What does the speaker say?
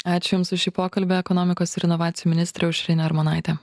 ačiū jums už šį pokalbį ekonomikos ir inovacijų ministrė aušrinė armonaitė